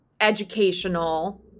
educational